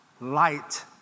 light